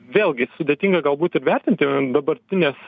vėlgi sudėtinga galbūt ir vertinti dabartines